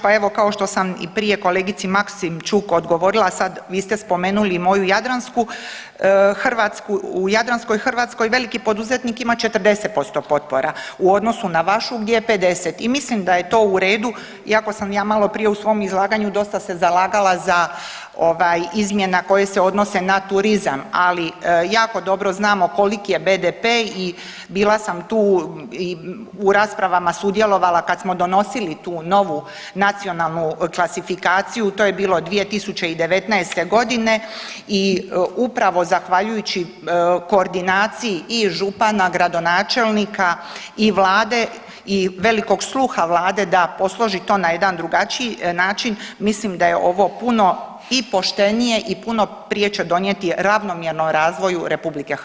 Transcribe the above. Pa evo kao što sam i prije kolegici Maksimčuk odgovorila, a sad vi ste spomenuli moju Jadransku Hrvatsku, u Jadranskoj Hrvatskoj veliki poduzetnik ima 40% potpora u odnosu na vašu gdje je 50 i mislim da je to u redu, iako sam ja maloprije u svom izlaganju dosta se zalagala za izmjene koje se odnose na turizam, ali jako dobro znamo koliki je BDP i bila sam tu i u raspravama sudjelovala kada smo donosili tu novu nacionalnu klasifikaciju, to je bilo 2019.g. i upravo zahvaljujući koordinaciji i župana, gradonačelnika i vlade i velikog sluha vlade da posloži to na jedan drugačiji način, mislim da je ovo puno i poštenije i puno će prije donijeti ravnomjernom razvoju RH.